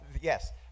yes